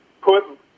Put